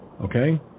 Okay